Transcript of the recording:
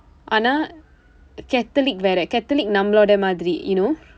ஆனா:aana catholic வேற:veera catholic நம்மளுடைய மாதிரி:nammaludaya maathiri you know